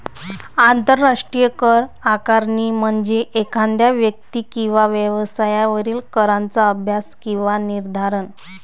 आंतरराष्ट्रीय कर आकारणी म्हणजे एखाद्या व्यक्ती किंवा व्यवसायावरील कराचा अभ्यास किंवा निर्धारण